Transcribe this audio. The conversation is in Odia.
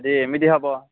ଯଦି ଏମିତି ହେବ